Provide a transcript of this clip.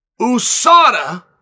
USADA